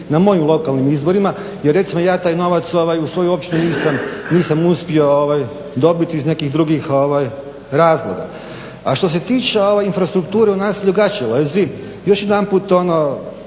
na mojim lokalnim izborima jer recimo ja taj novac u svoju općinu nisam uspio dobiti iz nekih drugih razloga. A što se tiče infrastrukture u naselju Gaćelezi, još jedanput,